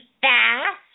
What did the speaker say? fast